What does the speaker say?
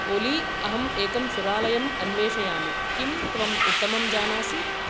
ओली अहम् एकं सुरालयम् अन्वेषयामि किं त्वम् उत्तमं जानासि